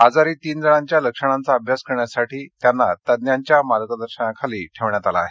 आजारी तीन जणांच्या लक्षणांचा अभ्यास करण्यासाठी ते तज्ञांच्या मार्गदर्शनाखाली उपचार घेत आहेत